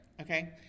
Okay